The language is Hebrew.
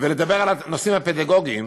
ולדבר על הנושאים הפדגוגיים,